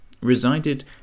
resided